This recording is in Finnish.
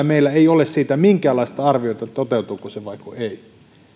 meillä ei ole minkäänlaista arviota toteutuuko se vaiko ei